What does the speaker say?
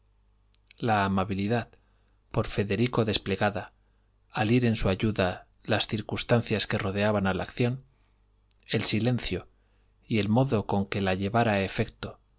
la amabilidad por federico desplegada al ir en su ayuda las circunstancias que rodeaban a la acción el silencio y el modo con que la llevara a efecto